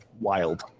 Wild